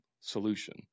solution